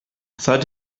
seit